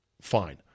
fine